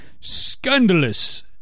scandalous